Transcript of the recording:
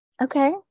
okay